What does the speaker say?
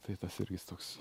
tai tas irgi jis toks